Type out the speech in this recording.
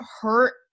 hurt